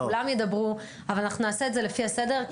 כולם ידברו, אבל אנחנו נעשה את זה לפי הסדר.